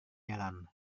jalan